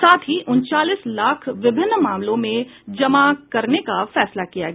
साथ ही उनतालीस लाख विभिन्न मामलों में जमा करने का फैसला किया गया